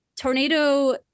tornado